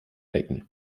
ecken